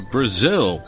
Brazil